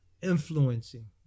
influencing